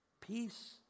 Peace